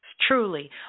Truly